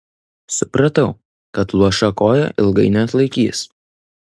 supratau kad luoša koja ilgai neatlaikys